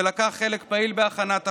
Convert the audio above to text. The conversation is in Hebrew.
שלקח חלק פעיל בהכנת החוק,